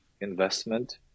investment